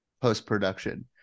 post-production